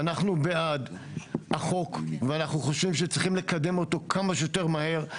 ואנחנו בעד החוק ואנחנו חושבים שצריך לקדם אותו כמה שיותר מהר.